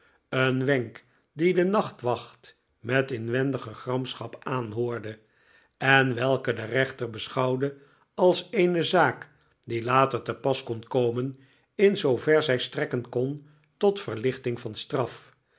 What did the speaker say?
een wenk die de nachtwacht met inwendige gramschap aanhoorde en welken de reenter beschouwde als eene zaak die later te pas kon komen in zoover zij strekken kon tot verlichting van straf